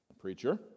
Preacher